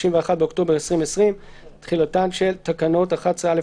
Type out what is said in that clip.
(31 באוקטובר 2020); (2)תחילתן של תקנות 11א,